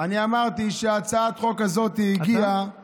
אני אמרתי שהצעת החוק הזאת הגיעה ממקום,